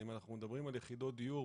אם אנחנו מדברים על יחידות דיור,